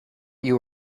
you